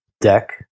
deck